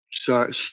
Sorry